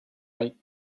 right